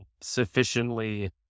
sufficiently